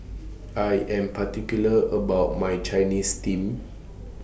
I Am particular about My Chinese Steamed